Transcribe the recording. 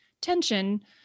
tension